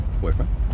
Boyfriend